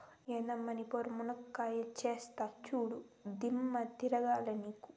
ఎందమ్మ నీ పోరు, మునక్కాయా తెస్తా చూడు, దిమ్మ తిరగాల నీకు